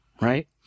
Right